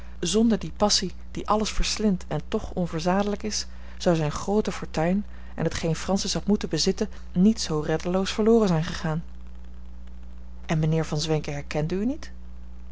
zonder die passie die alles verslindt en toch onverzadelijk is zou zijn groote fortuin en t geen francis had moeten bezitten niet zoo reddeloos verloren zijn gegaan en mijnheer von zwenken herkende u niet